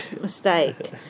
mistake